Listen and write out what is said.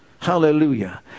hallelujah